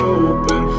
open